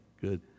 good